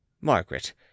Margaret